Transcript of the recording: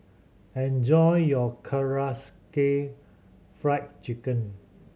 enjoy your Karaage Fried Chicken